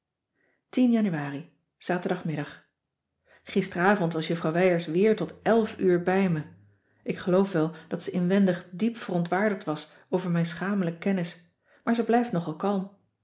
januari zaterdagmiddag gisteravond was juffrouw wijers weer tot elf uur bij me ik geloof wel dat ze inwendig diep verontwaardigd was over mijn schamele kennis maar ze blijft nogal kalm